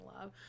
love